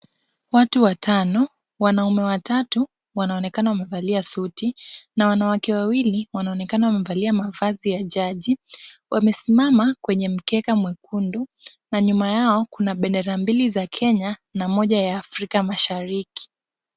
Watu watano, wanaume watatu wanaonekana wamevalia suti na wanawke wawili wanaonekana wamevalia mavazi ya jaji. Wamesimama kwenye mkeka mwekundu na nyuma yao kuna bendera mbili za Kenya na moja ya Afrika mashariki.